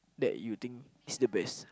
that you think is the best